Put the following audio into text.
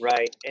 Right